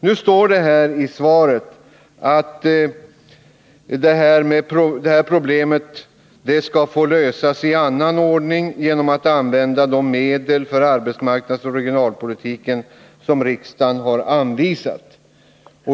Det står i svaret att det här problemet får lösas i annan ordning genom att man använder de medel för arbetsmarknadsoch regionalpolitiken som riksdagen har anvisat.